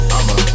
I'ma